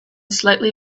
slightly